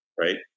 Right